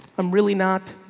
i'm really not.